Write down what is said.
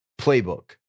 playbook